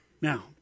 Now